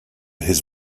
his